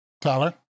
Tyler